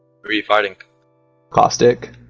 regarding caustic